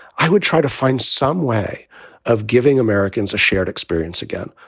i would try to find some way of giving americans a shared experience again,